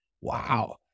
Wow